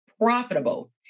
profitable